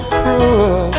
cruel